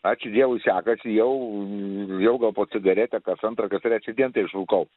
ačiū dievui sekasi jau vėl gal po cigaretę kas antrą kas trečią dien teišrūkau